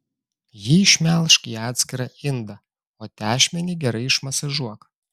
jį išmelžk į atskirą indą o tešmenį gerai išmasažuok